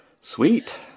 Sweet